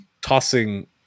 tossing